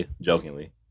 jokingly